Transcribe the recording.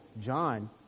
John